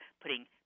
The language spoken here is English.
putting